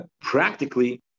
practically